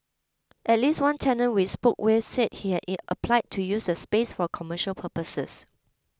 at least one tenant we spoke will said he had it applied to use the space for commercial purposes